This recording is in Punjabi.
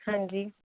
ਹਾਂਜੀ